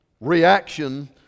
reaction